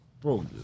bro